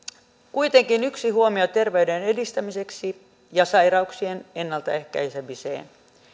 kuitenkin yksi huomio terveyden edistämiseksi ja sairauksien ennaltaehkäisemiseksi